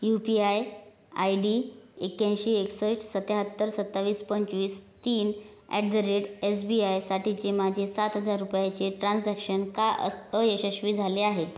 you P I ID एक्याऐंशी एकसष्ट सत्याहत्तर सत्तावीस पंचवीस तीन at the rate S B आयसाठीचे माझे सात हजार रुपयाचे ट्रान्झॅक्शन का अस् अयशस्वी झाले आहे